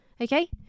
Okay